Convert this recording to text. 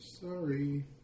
Sorry